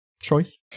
choice